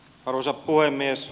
arvoisa puhemies